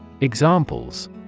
Examples